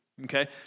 Okay